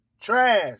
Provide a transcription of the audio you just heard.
trash